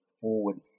forward